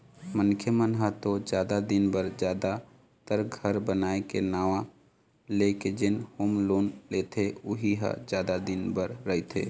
मनखे मन ह तो जादा दिन बर जादातर घर बनाए के नांव लेके जेन होम लोन लेथे उही ह जादा दिन बर रहिथे